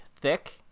thick